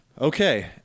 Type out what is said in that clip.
Okay